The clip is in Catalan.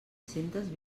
centes